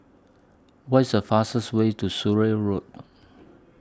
What IS The fastest Way to Surrey Road